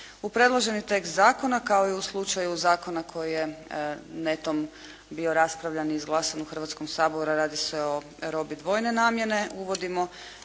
U predloženi tekst zakona, kao i u slučaju zakona koji je netom bio raspravljan i izglasan u Hrvatskom saboru. Radi se o robi dvojne namjene. Uvodimo